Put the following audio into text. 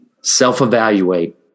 self-evaluate